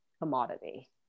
commodity